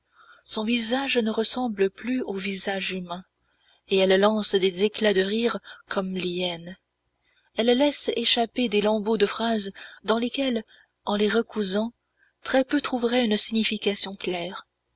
son visage ne ressemble plus au visage humain et elle lance des éclats de rire comme l'hyène elle laisse échapper des lambeaux de phrases dans lesquels en les recousant très peu trouveraient une signification claire